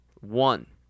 One